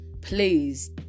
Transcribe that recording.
please